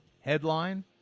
headline